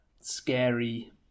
scary